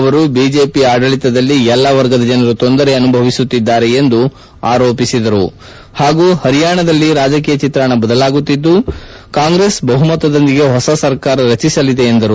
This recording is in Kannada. ಅವರು ಬಿಜೆಪಿಯ ಆಡಳಿತದಲ್ಲಿ ಎಲ್ಲ ವರ್ಗದ ಜನರು ತೊಂದರೆ ಅನುಭವಿಸುತ್ತಿದ್ದಾರೆ ಎಂದು ಆರೋಪಿಸಿದರು ಹಾಗೂ ಹರಿಯಾಣದಲ್ಲಿ ರಾಜಕೀಯ ಚಿತ್ರಣ ಬದಲಾಗುತ್ತಿದ್ದು ಕಾಂಗ್ರೆಸ್ ಬಹುಮತದೊಂದಿಗೆ ಹೊಸ ಸರ್ಕಾರ ರಚಿಸಲಿದೆ ಎಂದು ಹೇಳಿದರು